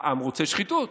העם רוצה שחיתות.